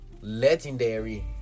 legendary